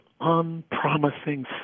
unpromising